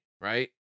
right